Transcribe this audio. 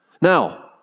Now